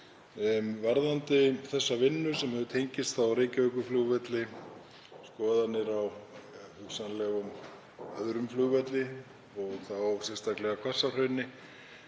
Varðandi þessa vinnu sem tengist Reykjavíkurflugvelli, skoðanir á hugsanlegum öðrum flugvelli og þá sérstaklega í Hvassahrauni,